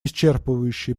исчерпывающие